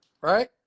Right